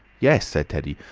yes, said teddy.